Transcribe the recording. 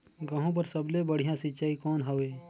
गहूं बर सबले बढ़िया सिंचाई कौन हवय?